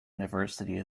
university